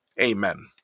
amen